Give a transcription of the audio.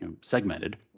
segmented